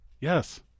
Yes